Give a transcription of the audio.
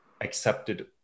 accepted